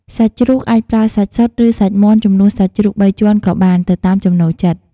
សាច់ជ្រូក អាចប្រើសាច់សុត ឬសាច់មាន់ជំនួសសាច់ជ្រូកបីជាន់ក៏បាន ទៅតាមចំណូលចិត្ត។